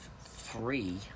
three